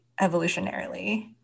evolutionarily